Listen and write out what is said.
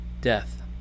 death